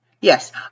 yes